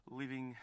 living